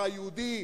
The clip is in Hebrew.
הכפר היהודי,